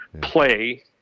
play